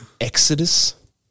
Exodus